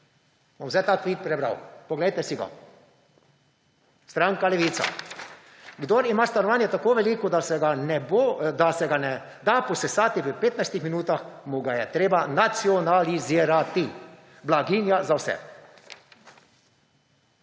ga je treba nacionalizirati. Blaginja za vse.